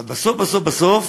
אבל בסוף-בסוף בסוף